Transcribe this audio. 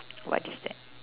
what is that